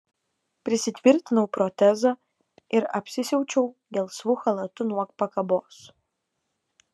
prisitvirtinau protezą ir apsisiaučiau gelsvu chalatu nuo pakabos